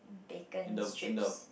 bacon strips